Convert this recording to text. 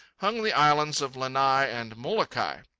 hung the islands of lanai and molokai.